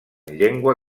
llengua